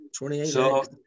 28